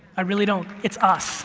i really don't, it's us